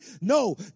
No